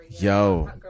Yo